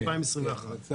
ב-2021.